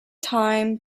time